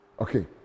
okay